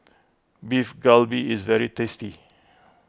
Beef Galbi is very tasty